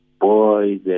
Boys